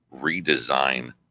redesign